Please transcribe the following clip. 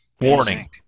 Warning